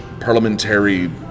parliamentary